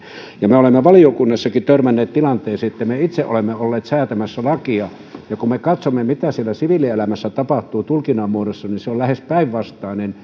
me olemme valiokunnassakin törmänneet tilanteeseen että me itse olemme olleet säätämässä lakia mutta kun me katsomme mitä siviilielämässä tapahtuu tulkinnan muodossa niin se on lähes päinvastaista